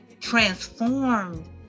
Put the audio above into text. transformed